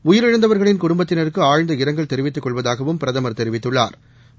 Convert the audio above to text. உயிரிழந்தவர்களின் குடும்பத்தினருக்கு ஆழ்ந்த இரங்கல் தெரிவித்துக் கொள்வதாகவும் பிரதமர் தெரிவித்துள்ளாா்